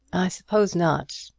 i suppose not.